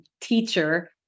teacher